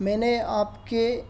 मैंने आपके